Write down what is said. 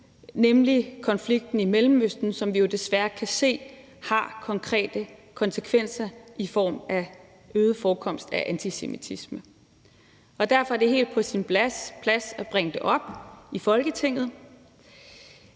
nemlig konflikten i Mellemøsten, som vi jo desværre kan se har konkrete konsekvenser i form af øget forekomst af antisemitisme, og derfor er det helt på sin plads at bringe det op i Folketinget.